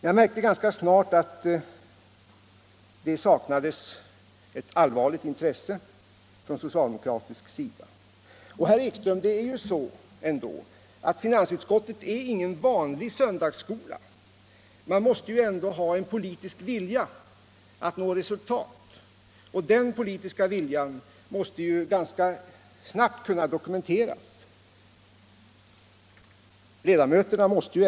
Jag märkte dock ganska snart att det på den socialdemokratiska sidan saknades ett allvarligt intresse. Men det är ju så, herr Ekström, att finansutskottet inte är någon vanlig söndagsskola, utan man måste ha en politisk vilja att nå resultat. Och den politiska viljan måste ganska snabbt kunna dokumenteras.